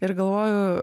ir galvoju